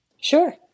Sure